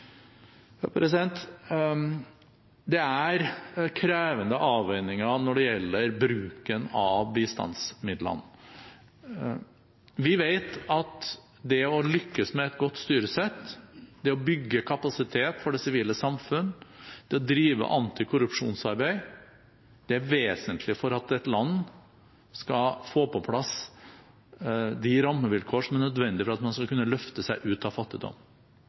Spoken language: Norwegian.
Det er krevende avveininger når det gjelder bruken av bistandsmidlene. Vi vet at det å lykkes med et godt styresett, det å bygge kapasitet for det sivile samfunn, det å drive antikorrupsjonsarbeid, er vesentlig for at et land skal få på plass de rammevilkår som er nødvendig for at man skal kunne løfte seg ut av fattigdom.